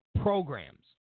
programs